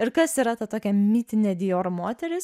ir kas yra ta tokia mitinė dior moteris